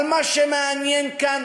אבל מה שמעניין כאן